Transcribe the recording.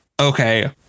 okay